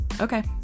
okay